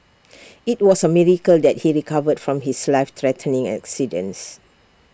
IT was A miracle that he recovered from his life threatening accidents